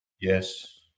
Yes